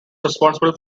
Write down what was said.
responsible